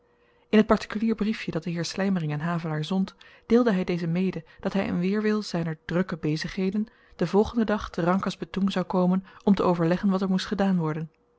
in t partikulier briefje dat de heer slymering aan havelaar zond deelde hy dezen mede dat hy in weerwil zyner drukke bezigheden den volgenden dag te rangkas betoeng zou komen om te overleggen wat er moest gedaan worden